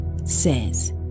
says